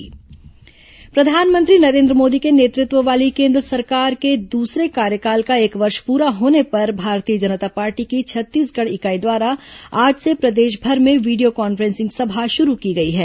Bhajpa video conference सभा प्रधानमंत्री नरेन्द्र मोदी के नेतृत्व वाली केन्द्र सरकार के दूसरे कार्यकाल का एक वर्ष पूरा होने पर भारतीय जनता पार्टी की छत्तीसगढ़ इकाई द्वारा आज से प्रदेशभर में वीडियो कॉन् फ्रें सिंग सभा शुरू की गई हैं